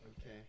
Okay